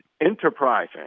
Enterprising